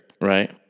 Right